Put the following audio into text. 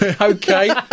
Okay